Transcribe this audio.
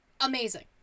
Amazing